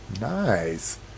Nice